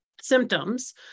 symptoms